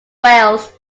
wales